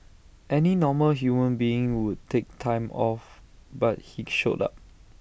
any normal human being would take time off but he showed up